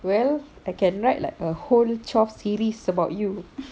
well I can write like a whole twelve series about you